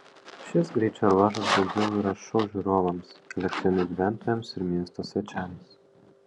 šis greičio ruožas daugiau yra šou žiūrovams elektrėnų gyventojams ir miesto svečiams